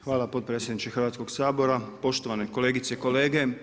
Hvala potpredsjedniče Hrvatskog sabora, poštovane kolegice i kolege.